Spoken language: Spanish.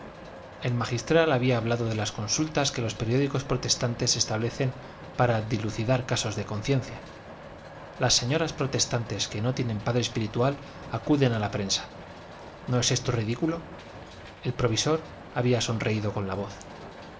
el magistral había hablado de las consultas que los periódicos protestantes establecen para dilucidar casos de conciencia las señoras protestantes que no tienen padre espiritual acuden a la prensa no es esto ridículo el provisor había sonreído con la voz